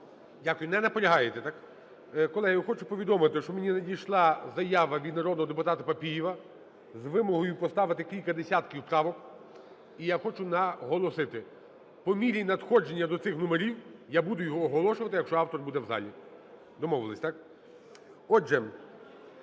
Дякую. Не наполягаєте, так? Колеги, я хочу повідомити, що мені надійшла заява від народного депутатаПапієва з вимогою поставити кілька десятків правок. І я хочу наголосити, по мірі надходження до цих номерів я буду його оголошувати, якщо автор буде в залі. Домовились, так? Отже,